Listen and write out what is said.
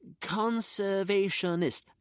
conservationist